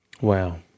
Wow